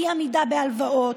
אי-עמידה בהלוואות,